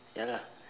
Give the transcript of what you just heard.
ya lah